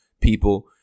people